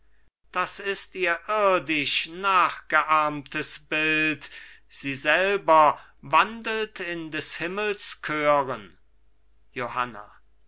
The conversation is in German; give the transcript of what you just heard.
das ist ihr irdisch nachgeahmtes bild sie selber wandelt in des himmels chören johanna